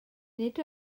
nid